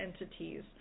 entities